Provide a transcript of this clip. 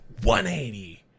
180